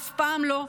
אף פעם לא.